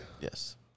Yes